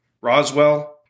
Roswell